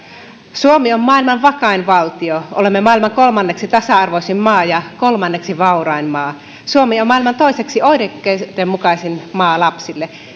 suomi on maailman vakain valtio olemme maailman kolmanneksi tasa arvoisin maa ja kolmanneksi vaurain maa suomi on maailman toiseksi oikeudenmukaisin maa lapsille